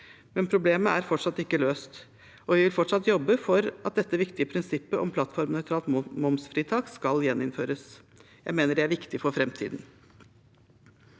men problemet er fortsatt ikke løst, og vi vil fortsatt jobbe for at dette viktige prinsippet om plattformnøytralt momsfritak skal gjeninnføres. Jeg mener det er viktig for framtiden.